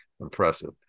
impressive